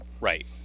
right